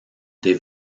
des